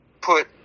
put